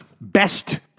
best